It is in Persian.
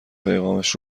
پیغامش